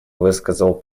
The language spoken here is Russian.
высказал